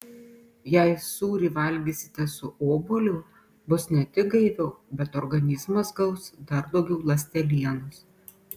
jei sūrį valgysite su obuoliu bus ne tik gaiviau bet organizmas gaus dar daugiau ląstelienos